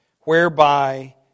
whereby